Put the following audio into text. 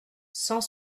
cent